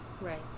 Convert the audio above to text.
Right